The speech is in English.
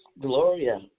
Gloria